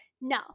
no